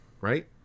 right